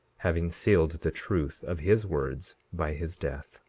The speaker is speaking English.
having sealed the truth of his words by his death.